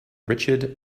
richard